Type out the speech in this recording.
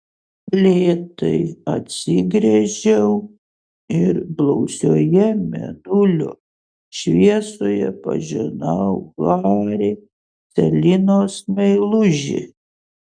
lėtai atsigręžiau ir blausioje mėnulio šviesoje pažinau harį celinos meilužį